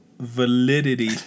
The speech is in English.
Validity